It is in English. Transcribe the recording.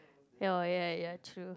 oh ya ya ya true